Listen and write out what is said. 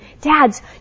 dads